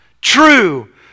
True